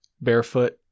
barefoot